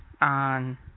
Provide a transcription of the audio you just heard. on